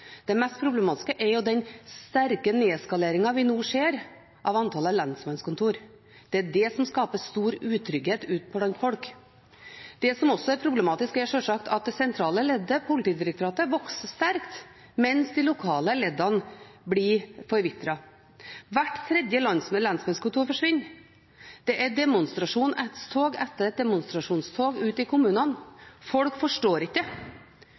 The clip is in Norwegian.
Det mest problematiske er den sterke nedskaleringen vi nå ser av antallet lensmannskontor. Det er det som skaper stor utrygghet ute blant folk. Det som også er problematisk, er sjølsagt at det sentrale leddet, Politidirektoratet, vokser sterkt, mens de lokale leddene forvitrer. Hvert tredje lensmannskontor forsvinner. Det er demonstrasjonstog etter demonstrasjonstog ute i kommunene. Folk forstår det ikke,